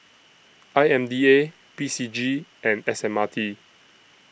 I M D A P C G and S M R T